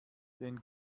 den